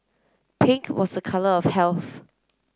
pink was a colour of health